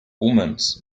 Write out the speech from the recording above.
omens